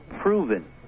proven